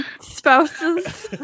spouses